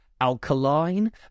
alkaline